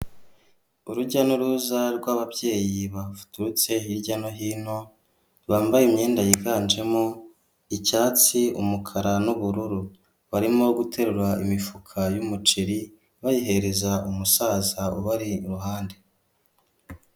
Urujya n'uruza rw'ababyeyi baturutse hirya no hino bambaye imyenda yiganjemo icyatsi, umukara n'ubururu, barimo guterura imifuka y'umuceri bayihereza umusaza ubari iruhande.